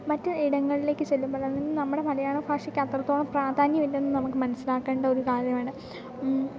മറ്റ് ഇടങ്ങളിലേക്ക് ചെല്ലുമ്പോഴാണെങ്കിലും നമ്മുടെ മലയാള ഭാഷയ്ക്ക് അത്രത്തോളം പ്രാധാന്യം ഇല്ലെന്ന് നമുക്ക് മനസ്സിലാക്കേണ്ട ഒരു കാര്യമാണ്